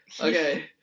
Okay